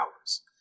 hours